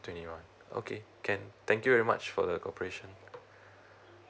twenty one okay can thank you so much for the corporation